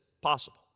possible